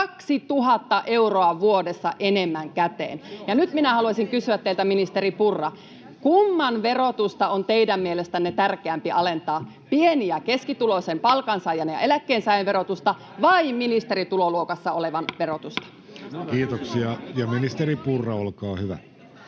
2 000 euroa vuodessa enemmän käteen. Nyt minä haluaisin kysyä teiltä, ministeri Purra: kumman verotusta on teidän mielestänne tärkeämpi alentaa, pieni- ja keskituloisen palkansaajan ja eläkkeensaajan verotusta vai ministerin tuloluokassa olevan verotusta? Kiitoksia. — Ministeri Purra, olkaa hyvä.